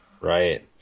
Right